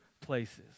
places